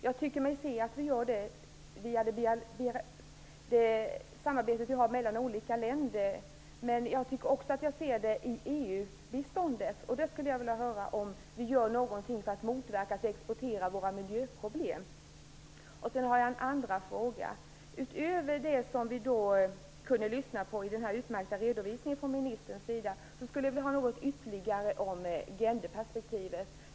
Jag tycker mig se att vi gör det i samarbetet mellan olika länder, men också i EU-biståndet. Jag har också en andra fråga. Utöver det som vi kunde höra i den utmärkta redovisningen från ministern skulle jag vilja höra något ytterligare om genderperspektivet.